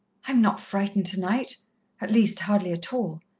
i am not frightened tonight at least, hardly at all.